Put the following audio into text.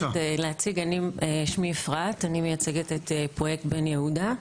אני מייצגת את פרויקט בן-יהודה.